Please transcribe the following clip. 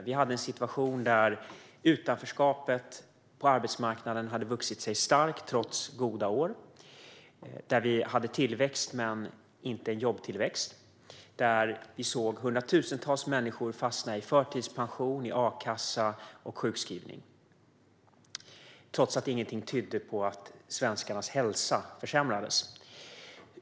Det var en situation på arbetsmarknaden där utanförskapet hade vuxit sig starkt trots goda år - det var en tillväxt men inte en jobbtillväxt - och hundratusentals människor fastnade i förtidspension, a-kassa och sjukskrivning, trots att ingenting tydde på att svenskarnas hälsa försämrades.